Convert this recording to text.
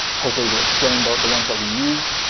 hopefully we'll explain the the ones that we use